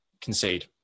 concede